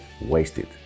wasted